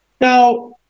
Now